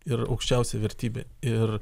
ir aukščiausia vertybė ir